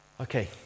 Okay